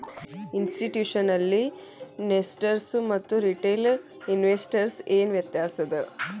ಇನ್ಸ್ಟಿಟ್ಯೂಷ್ನಲಿನ್ವೆಸ್ಟರ್ಸ್ಗು ಮತ್ತ ರಿಟೇಲ್ ಇನ್ವೆಸ್ಟರ್ಸ್ಗು ಏನ್ ವ್ಯತ್ಯಾಸದ?